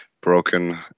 broken